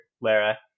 Lara